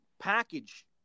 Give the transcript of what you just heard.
package